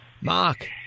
Mark